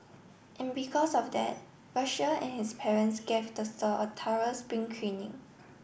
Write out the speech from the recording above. and because of that Russia and his parents gave the saw a thorough spring cleaning